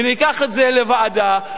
וניקח את זה לוועדה,